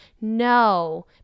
no